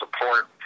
support